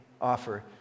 offer